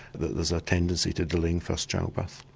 that there's a tendency to delay first childbirth.